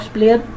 Player